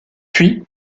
puis